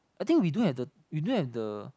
I think we don't have the don't have the